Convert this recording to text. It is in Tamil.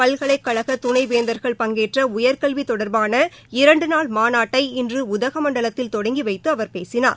பல்கலைக்கழக துணைவேந்தர்கள் பங்கேற்ற உயர்கல்வி தொடர்பான இரண்டு நாள் மாநாட்டை இன்று உதகமண்டலத்தில் தொடங்கி வைத்து அவர் பேசினார்